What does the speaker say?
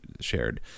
shared